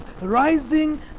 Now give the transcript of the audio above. rising